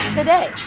today